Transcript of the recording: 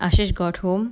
ashey got home